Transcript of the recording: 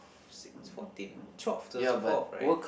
six fourteen twelve two thousand twelve right